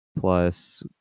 plus